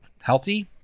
healthy